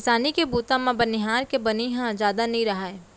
किसानी के बूता म बनिहार के बनी ह जादा नइ राहय